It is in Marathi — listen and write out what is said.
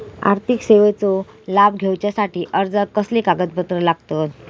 आर्थिक सेवेचो लाभ घेवच्यासाठी अर्जाक कसले कागदपत्र लागतत?